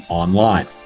online